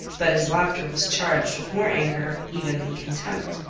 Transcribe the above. but his laughter was charged with more anger even than contempt.